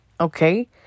Okay